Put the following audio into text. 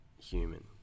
human